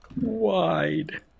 Wide